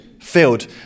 filled